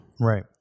Right